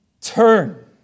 turn